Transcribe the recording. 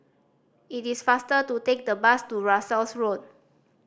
it is faster to take the bus to Russels Road